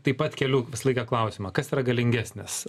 taip pat keliu visą laiką klausimą kas yra galingesnis